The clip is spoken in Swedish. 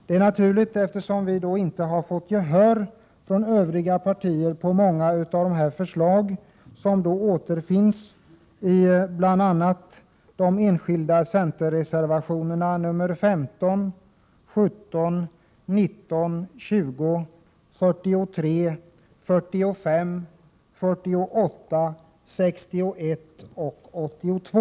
Det är naturligt, eftersom vi inte har fått gehör från övriga partier för många av förslagen, som återfinns i bl.a. de enskilda centerreservationerna 15, 17, 19, 20, 43, 45, 48, 61 och 82.